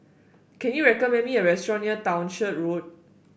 can you recommend me a restaurant near Townshend Road